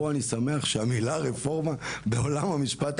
ופה אני שמח שהמילה רפורמה בעולם המשפט עלתה.